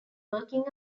working